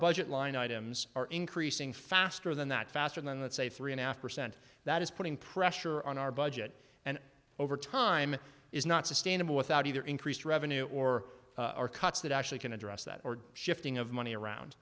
budget line items are increasing faster than that faster than let's say three and a half percent that is putting pressure on our budget and over time is not sustainable without either increased revenue or are cuts that actually can address that or shifting of money around